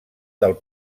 del